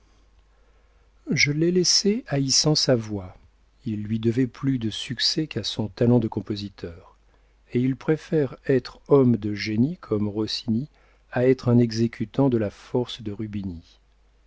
je l'ai laissé haïssant sa voix il lui devait plus de succès qu'à son talent de compositeur et il préfère être homme de génie comme rossini à être un exécutant de la force de rubini